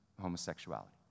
homosexuality